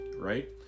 right